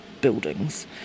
buildings